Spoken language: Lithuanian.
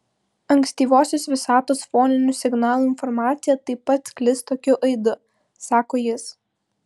ankstyvosios visatos foninių signalų informacija taip pat sklis tokiu aidu sako jis